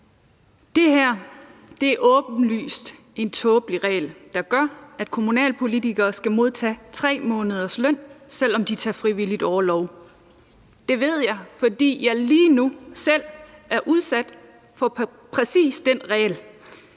Det her er åbenlyst en tåbelig regel, der gør, at kommunalpolitikere skal modtage 3 måneders løn, selv om de frivilligt tager orlov. Det ved jeg, fordi jeg lige nu selv er udsat for præcis den regel,